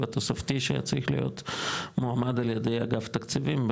התוספתי שהיה צריך להיות מועד על ידי אגף תקציבים,